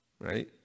right